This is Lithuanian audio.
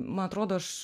man atrodo aš